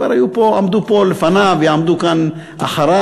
כבר עמדו פה לפניו, יעמדו כאן אחריו.